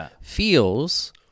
feels